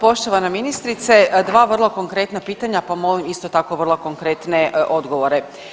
Poštovana ministrice, dva vrlo konkretna pitanja, pa molim isto tako vrlo konkretne odgovore.